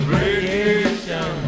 radiation